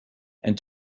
and